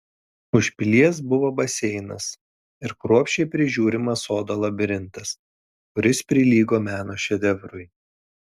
už pilies buvo baseinas ir kruopščiai prižiūrimas sodo labirintas kuris prilygo meno šedevrui